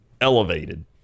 elevated